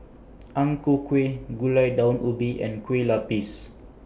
Ang Ku Kueh Gulai Daun Ubi and Kueh Lapis